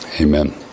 Amen